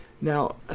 Now